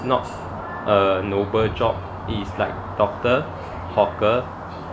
not a noble job it is like doctor hawker